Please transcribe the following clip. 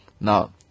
Now